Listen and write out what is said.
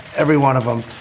every one of them.